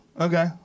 Okay